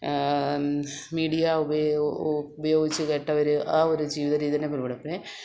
media ഉപയോ ഉപയോഗിച്ച് കേട്ടവര് ആ ഒരു ജീവിത രീതി തന്നെ പി ടും പിന്നെ